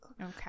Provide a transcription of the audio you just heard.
okay